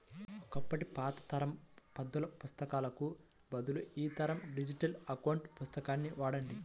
ఒకప్పటి పాత తరం పద్దుల పుస్తకాలకు బదులు ఈ తరం డిజిటల్ అకౌంట్ పుస్తకాన్ని వాడండి